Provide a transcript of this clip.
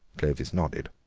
clovis nodded.